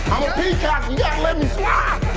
gotta let me fly!